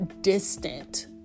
distant